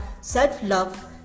self-love